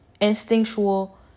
instinctual